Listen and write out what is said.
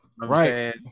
right